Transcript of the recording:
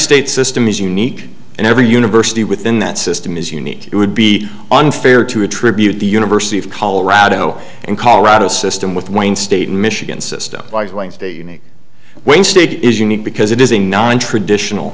state system is unique and every university within that system is unique it would be unfair to attribute the university of colorado in colorado system with wayne state michigan system by going to the unique way state is unique because it is a nontraditional